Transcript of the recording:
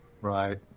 Right